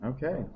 Okay